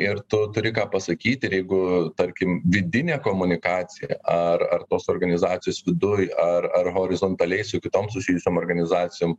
ir tu turi ką pasakyti ir jeigu tarkim vidinė komunikacija ar ar tos organizacijos viduj ar ar horizontaliai su kitoms susijusiom organizacijom